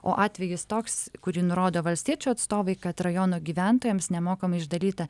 o atvejis toks kurį nurodo valstiečių atstovai kad rajono gyventojams nemokamai išdalyta